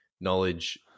knowledge